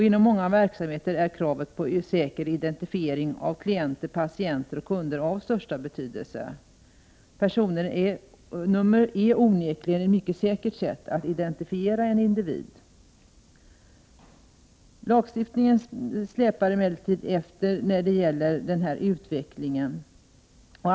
Inom många verksamheter är kravet på säker identifiering av klienter, patienter och kunder av största betydelse. Användningen av personnummer är onekligen ett mycket säkert sätt att identifiera en individ. Lagstiftningen släpar emellertid efter när det gäller denna utveckling.